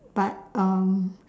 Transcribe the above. but um